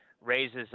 raises